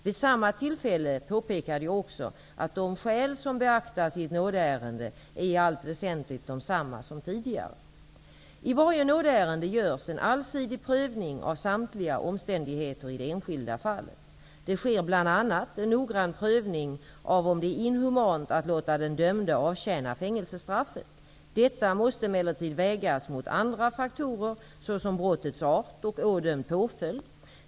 Vid samma tillfälle påpekade jag också att de skäl som beaktas i ett nådeärende i allt väsentligt är desamma nu som tidigare. I varje nådeärende görs en allsidig prövning av samtliga omständigheter i det enskilda fallet. Det sker bl.a. en noggrann prövning av om det är inhumant att låta den dömde avtjäna fängelsestraffet. Detta måste emellertid vägas mot andra faktorer såsom brottets art och ådömd påföljd.